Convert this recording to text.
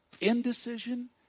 Indecision